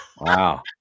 Wow